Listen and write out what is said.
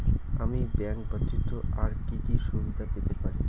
আমি ব্যাংক ব্যথিত আর কি কি সুবিধে পেতে পারি?